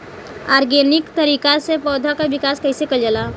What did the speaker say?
Organic तरीका से पौधा क विकास कइसे कईल जाला?